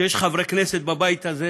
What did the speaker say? שיש חברי כנסת בבית הזה